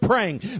praying